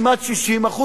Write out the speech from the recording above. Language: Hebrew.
60%,